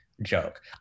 joke